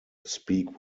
speak